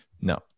No